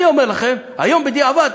אני אומר לכם היום בדיעבד,